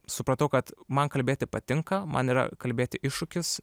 supratau kad man kalbėti patinka man yra kalbėti iššūkis